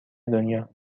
دنیا